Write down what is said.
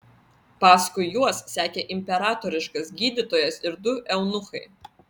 paskui juos sekė imperatoriškasis gydytojas ir du eunuchai